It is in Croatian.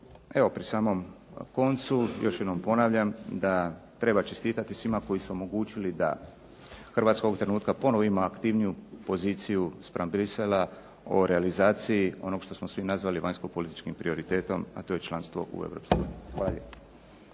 Evo, pri samom koncu, još jednom ponavljam da treba čestitati svima koji su omogućili da Hrvatska ovog trenutaka ponovno ima aktivniju poziciju spram Bruxellesa o realizaciji onoga što smo svi nazvali vanjsko-političkim prioritetom, a to je članstvo u Europskoj uniji.